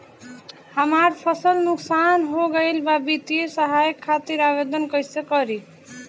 हमार फसल नुकसान हो गईल बा वित्तिय सहायता खातिर आवेदन कइसे करी?